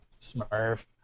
smurf